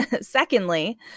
Secondly